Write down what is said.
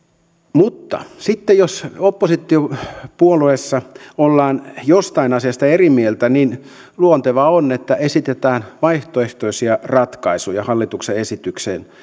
mutta sitten jos oppositiopuolueessa ollaan jostain asiasta eri mieltä niin luontevaa on että esitetään vaihtoehtoisia ratkaisuja hallituksen esitykseen